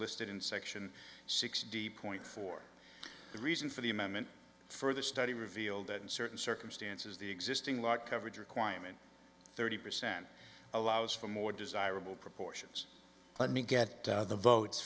listed in section sixty point four the reason for the amendment further study revealed that in certain circumstances the existing law coverage requirement thirty percent allows for more desirable proportions let me get the votes